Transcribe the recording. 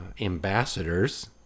ambassadors